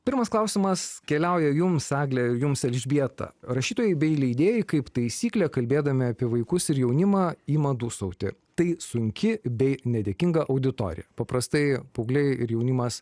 pirmas klausimas keliauja jums egle ir jums elžbieta rašytojai bei leidėjai kaip taisyklė kalbėdami apie vaikus ir jaunimą ima dūsauti tai sunki bei nedėkinga auditorija paprastai paaugliai ir jaunimas